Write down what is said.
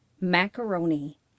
Macaroni